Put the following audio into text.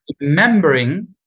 remembering